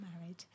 married